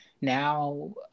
Now